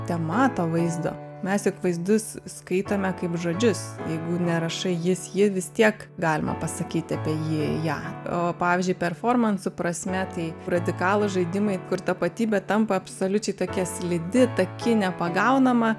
tema to vaizdo mes juk vaizdus skaitome kaip žodžius jeigu nerašai jis ji vis tiek galima pasakyti apie jį ją o pavyzdžiui performansų prasme tai radikalūs žaidimai kur tapatybė tampa absoliučiai tokia slidi taki nepagaunama